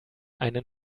einen